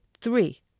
Three